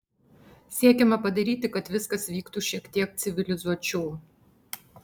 siekiame padaryti kad viskas vyktų šiek tiek civilizuočiau